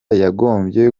yagombye